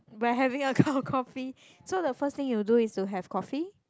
by having a cup of coffee so the first thing you do is to have coffee